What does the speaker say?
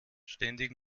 ständig